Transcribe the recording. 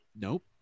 Nope